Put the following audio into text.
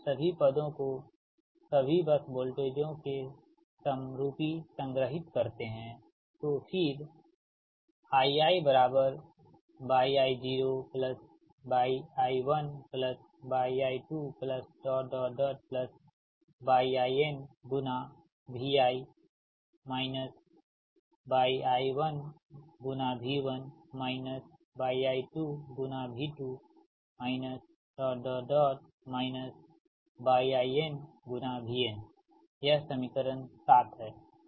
फिर आप सभी पदों को सभी बस वोल्टेजों के समरूपी संग्रहित करते हैंतो फिर यह समीकरण 7 है